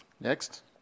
Next